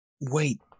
Wait